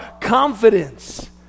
confidence